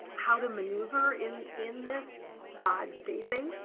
how to maneuver in in this database